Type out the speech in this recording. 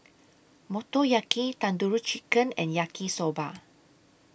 Motoyaki Tandoori Chicken and Yaki Soba